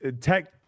tech